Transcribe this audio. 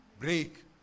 break